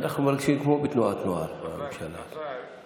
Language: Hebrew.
אנחנו מרגישים כמו בתנועת נוער עם הממשלה הזאת.